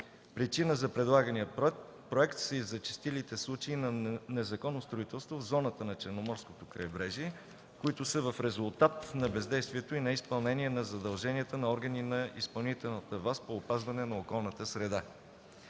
Причина за предлагания проект са и зачестилите случаи на незаконно строителство в зоната на Черноморското крайбрежие, които са в резултат на бездействието и неизпълнение на задълженията на органи на изпълнителната власт по опазване на околната среда.